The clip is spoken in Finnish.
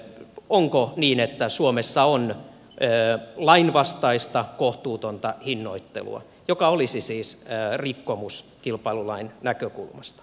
onko niin että suomessa on lainvastaista kohtuutonta hinnoittelua joka olisi siis rikkomus kilpailulain näkökulmasta